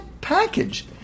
package